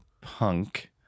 punk